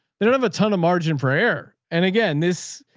they don't have a ton of margin for error. and again, this,